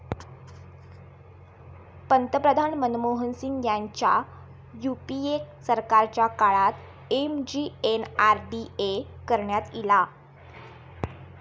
पंतप्रधान मनमोहन सिंग ह्यांच्या यूपीए सरकारच्या काळात एम.जी.एन.आर.डी.ए करण्यात ईला